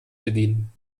bedienen